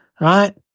Right